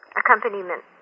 accompaniment